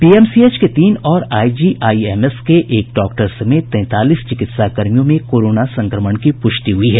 PMCH के तीन और आईजीआईएमएस के एक डॉक्टर समेत तैंतालीस चिकित्सा कर्मियों में कोरोना संक्रमण की प्रष्टि हुई है